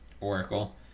oracle